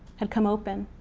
had come open.